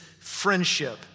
friendship